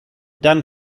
dan